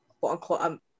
quote-unquote